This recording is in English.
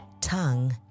tongue